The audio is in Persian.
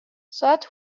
ساعت